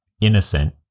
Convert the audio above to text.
innocent